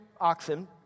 oxen